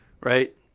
Right